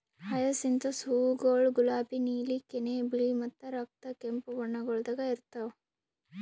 hyacinthus ಹೂವುಗೊಳ್ ಗುಲಾಬಿ, ನೀಲಿ, ಕೆನೆ, ಬಿಳಿ ಮತ್ತ ರಕ್ತ ಕೆಂಪು ಬಣ್ಣಗೊಳ್ದಾಗ್ ಇರ್ತಾವ್